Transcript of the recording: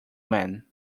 men